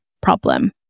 problem